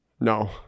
No